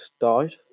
died